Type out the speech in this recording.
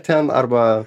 ten arba